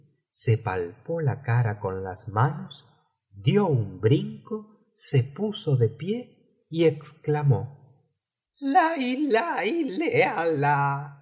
se palpó la cara con las manos dio un brinco se puso de pie y exclamó la